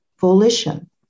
volition